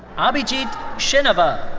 ah abhijit sheneva.